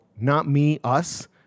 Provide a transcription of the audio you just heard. not-me-us